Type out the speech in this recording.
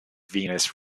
venous